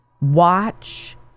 watch